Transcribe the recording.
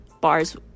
bars